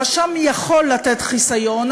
הרשם יכול לתת חיסיון,